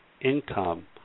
income